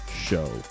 show